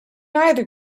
either